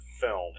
film